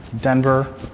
Denver